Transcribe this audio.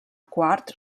quart